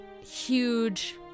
Huge